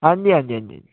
ਹਾਂਜੀ ਹਾਂਜੀ ਹਾਂਜੀ ਹਾਂਜੀ